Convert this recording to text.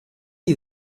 you